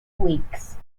weeks